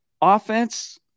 Offense